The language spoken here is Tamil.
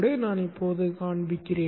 அதை நான் இப்போது காண்பிக்கிறேன்